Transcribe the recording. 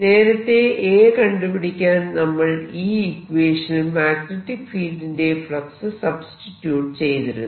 നേരത്തെ A കണ്ടുപിടിക്കാൻ നമ്മൾ ഈ ഇക്വേഷനിൽ മാഗ്നെറ്റിക് ഫീൽഡിന്റെ ഫ്ലക്സ് സബ്സ്റ്റിട്യൂട് ചെയ്തിരുന്നു